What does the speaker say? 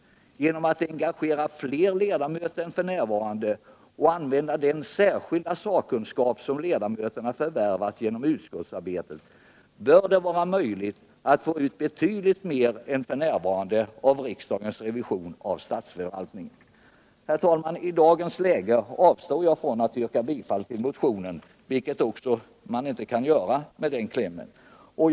Genom att engagera fler ledamöter än f. n. och använda den särskilda sakkunskap som ledamöterna förvärvat genom utskottsarbetet bör det vara möjligt att få ut betydligt mer än man nu får av riksdagens revision av statsförvaltningen. Herr talman! I dagens läge avstår jag från att yrka bifall till motionen, vilket man inte heller kan göra med den kläm som finns.